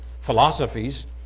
philosophies